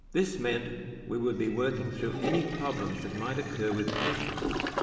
this meant we would be working through any problems that might occur with patients,